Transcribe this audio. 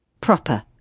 Proper